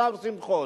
השר שמחון.